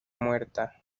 muerta